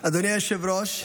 היושב-ראש,